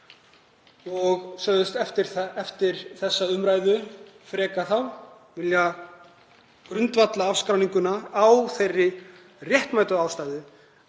og sagðist eftir þessa umræðu frekar vilja grundvalla afskráninguna á þeirri réttmætu ástæðu